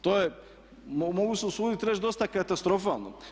To je mogu se usuditi reći dosta katastrofalno.